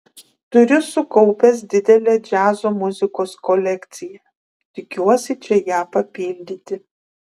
turiu sukaupęs didelę džiazo muzikos kolekciją tikiuosi čia ją papildyti